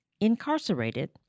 incarcerated